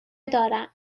دارم